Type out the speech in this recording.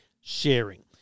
sharing